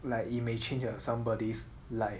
like you may change the somebody's life